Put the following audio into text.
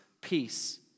peace